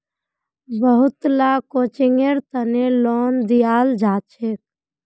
बहुत ला कोचिंगेर तने लोन दियाल जाछेक